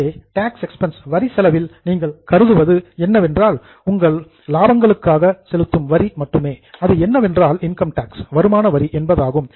எனவே tax expense வரி செலவில் நீங்கள் கருதுவது என்னவென்றால் உங்கள் லாபங்களுக்காக செலுத்தும் வரி மட்டுமே அது என்னவென்றால் இன்கம் டாக்ஸ் வருமானவரி என்பதாகும்